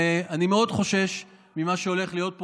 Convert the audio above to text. ואני מאוד חושש ממה שהולך להיות פה